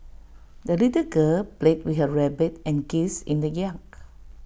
the little girl played with her rabbit and geese in the yard